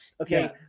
okay